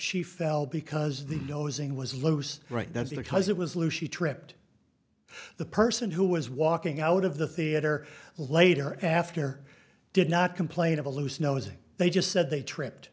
she fell because the nosing was loose right that's because it was lucy tripped the person who was walking out of the theater later after did not complain of a loose no as if they just said they tripped